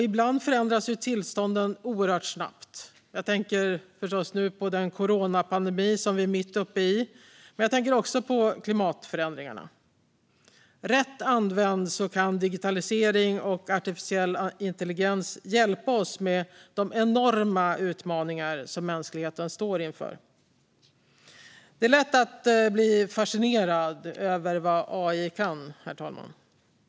Ibland förändras tillstånden oerhört snabbt - jag tänker förstås nu på den coronapandemi vi är mitt uppe i, men jag tänker också på klimatförändringarna. Rätt använd kan digitalisering och artificiell intelligens hjälpa oss med de enorma utmaningar mänskligheten står inför. Det är lätt att bli fascinerad över vad AI kan åstadkomma, herr talman.